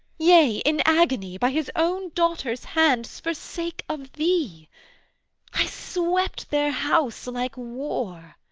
yea, in agony, by his own daughters' hands, for sake of thee i swept their house like war